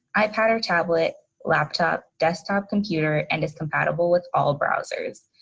ipad or tablet, laptop, desktop computer and is compatible with all browsers.